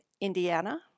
Indiana